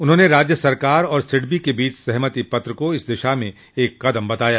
उन्होंने राज्य सरकार और सिडबी के बीच सहमति पत्र को इस दिशा में एक कदम बताया